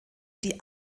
die